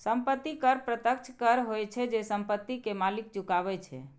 संपत्ति कर प्रत्यक्ष कर होइ छै, जे संपत्ति के मालिक चुकाबै छै